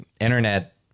internet